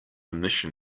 emission